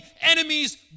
enemies